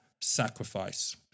sacrifice